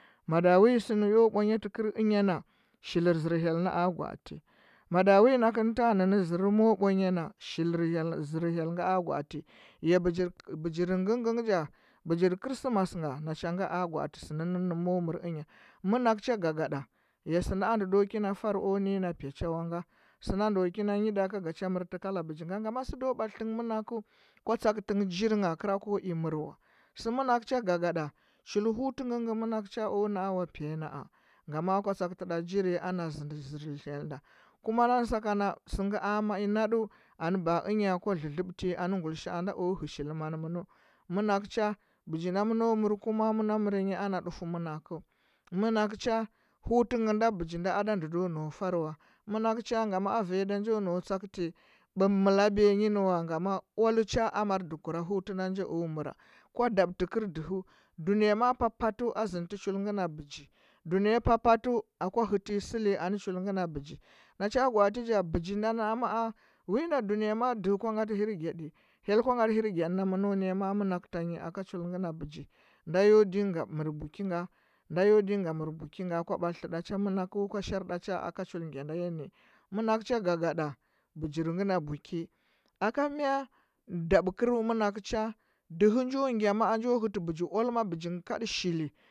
Mada wi sɚ yo bwa nya tɚkɚrɚ ɚnyana shilir zɚr hyel nɚ a gwo atɚ mada wi nakɚn ta nɚ zɚru mɚo bwanya na shilir ȝɚr heyl ngɚ a gwaati ya bɚgir ngɚ ngɚ ja bɚgir kris masu nga na cha ngɚ a gwaatɚ sɚ nɚ mɚo mɚr ɚnya na manakɚ cha gagada ya sina a ndɚ ndo kina far o nɚ nyi na pyacha wa nga sɚ nu ndo kina nyi da ka ga cha mɚr ft kala bɚgi ga gama sɚ ndo ballild ngɚ marakɚ kwa tsak tɚ ngɚ njiri ngha kɚra ko i mɚr wa sɚ manakɚ cha gagada chul hutu ngɚ ngi manakɚu cha o na. a na pya ya nara ngama kwa tsakɚ tɚ ɗa nji iri ana zɚndi ȝɚr hyel da kuma nan sakana sɚnghɚ a mai naɗu anɚ bara ɚnya kwa lɚlɚbtiyiyi anɚ guilisha’o na o hɚa shili man mɚnol manakdu cha hgi na mɚno mɚr kuma mɚ na mar nyi ana dufeu manokɚu monakɚu cha hutu ngɚ nda bɚgi ada ndɚ ndo nau far wa mɚnakɚu cha ngama a va nyi nda njo nau tsakbiya nyi nɚ wa kuma aal cha a mar dukura hutu nda nji o mɚra kwa dabtɚkɚr dɚhɚ duneya maa papatu a ȝɚnatɚ chul ngɚ na bɚgi du ɚya papatu yuua hɚtɚnyi sɚli anɚ chul ngɚ na bɚgi na cha gwaalɚ ja bɚgi nda naa ma, a wi nda dunɚya maa dɚhɚ kwo gatɚ hingyaɗi hyel kwa gatɚ hirgyadi namɚn no ma, ya ma, a manakɚu tan nyi aka chul ngɚ na bɚgi nda yo ɗinga mtr buki nga nda yo ɗinga mɚr buki nga kwa batlitɚɗa cha mɚ nakɚ kwa shar ɗa cha aka chul ngɚ na gyada ya ni manakɚ cha gagaɗa bɚgir ngɚ na buki aka mɚ dabkɚrɚ manakɚ cha dɚh njo gya ma. a njo hɚtɚ bɚgi oal ma bɚgi ngɚ ngɚ kad shili